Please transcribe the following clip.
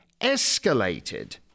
escalated